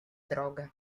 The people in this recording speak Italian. droga